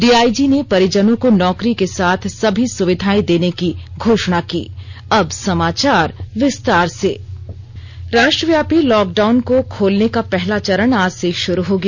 DIG ने परिजनों को नौकरी के साथ सभी सुविधाएं देने की घोषणा की राष्ट्रव्यापी लॉकडाउन को खोलने का पहला चरण आज से शुरू हो गया